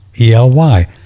E-L-Y